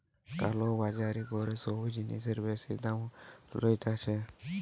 কালো বাজারি করে সব জিনিসের বেশি দাম লইতেছে